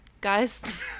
guys